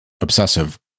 obsessive